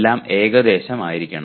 എല്ലാം ഏകദേശമായിരിക്കണം